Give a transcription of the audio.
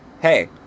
hey